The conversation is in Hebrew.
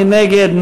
מי נגד?